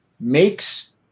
makes